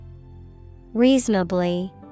Reasonably